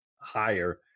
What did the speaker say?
higher